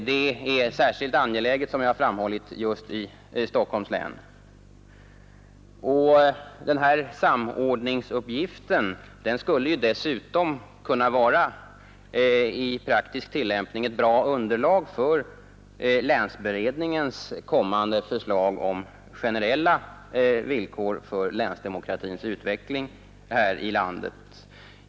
Det är, som jag har framhållit, av särskild vikt just i Stockholms län. Denna samordningsuppgift skulle dessutom i praktisk tillämpning kunna vara ett bra underlag för länsberedningens kommande förslag om generella villkor för länsdemokratins utveckling här i landet.